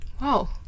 Wow